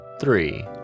three